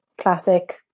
classic